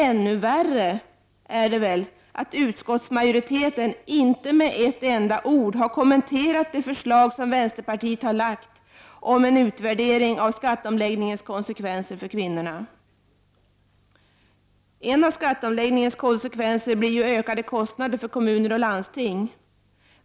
Ännu värre är att utskottsmajoriteten inte med ett enda ord har kommenterat det förslag som vänsterpartiet har lagt fram om en utvärdering av skatteomläggningens konsekvenser för kvinnorna. En av skatteomläggningens konsekvenser blir ökade kostnader för kommuner och landsting.